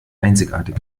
einzigartig